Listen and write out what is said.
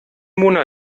mona